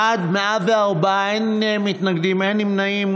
בעד, 104, אין מתנגדים ואין נמנעים.